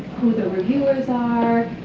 who the reviewers are,